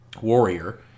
warrior